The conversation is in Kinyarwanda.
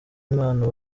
impano